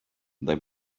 they